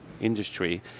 industry